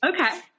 Okay